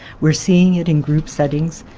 we are seeing it in group settings,